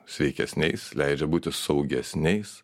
sveikesniais leidžia būti saugesniais